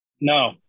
No